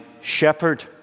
shepherd